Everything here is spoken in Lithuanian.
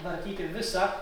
vartyti visą